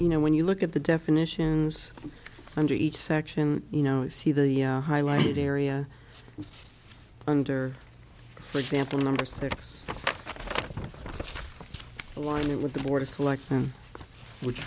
you know when you look at the definitions under each section you know see the highlighted area under for example number six align it with the board of selectmen which